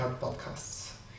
Podcasts